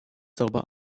darüber